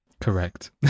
correct